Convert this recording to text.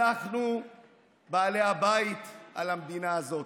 אנחנו בעלי הבית במדינה הזאת,